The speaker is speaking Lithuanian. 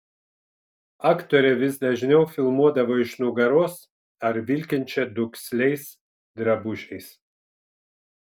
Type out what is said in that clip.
aktorę vis dažniau filmuodavo iš nugaros ar vilkinčią duksliais drabužiais